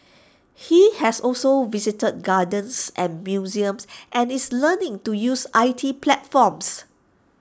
he has also visited gardens and museums and is learning to use I T platforms